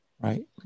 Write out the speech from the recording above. right